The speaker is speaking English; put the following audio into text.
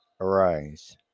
Arise